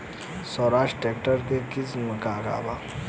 Swaraj tractor के किमत का बा?